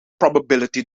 probability